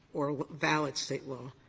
or valid state law,